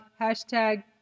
hashtag